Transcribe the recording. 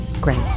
Great